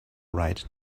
right